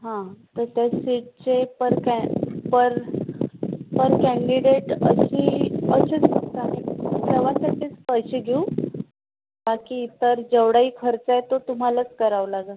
हं तर त्या सीटचे per can per per candidate प्रवासाचेच पैसे घेऊ बाकी इतर जेवढाही खर्च आहे तो तुम्हालाच करावा लागेल